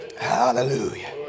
Hallelujah